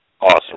Awesome